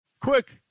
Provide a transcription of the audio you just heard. Quick